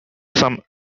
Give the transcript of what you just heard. some